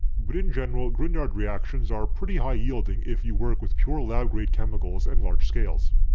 but in general, grignard reactions are pretty high yielding if you work with pure lab grade chemicals and large scales.